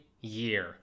year